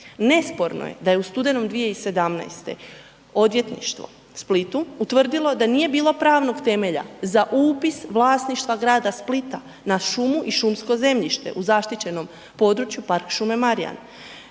Nesporno je da je u studenom 2017. odvjetništvo u Splitu utvrdilo da nije bilo pravnog temelja za upis vlasništva grada Splita na šumu i šumsko zemljište u zaštićenom području Park Šume Marjan.